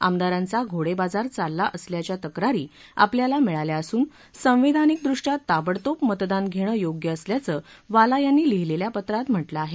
आमदारांचा घोडे बाजार चालला असल्याच्या तक्रारी आपल्याला मिळाल्या असून संवैधानिक दृष्ट्या ताबडतोब मतदान घेणं योग्य असल्याचं वाला यांनी लिहिलेल्या पत्रात म्हटलं आहे